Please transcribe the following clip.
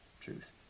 truth